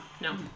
No